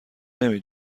نمی